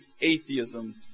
atheism